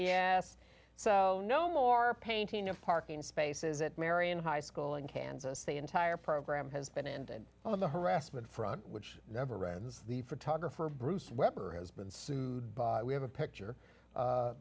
yes so no more painting of parking spaces at marion high school in kansas the entire program has been ended on the harassment front which never rennes the photographer bruce weber has been sued by we have a picture